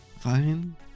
fine